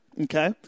okay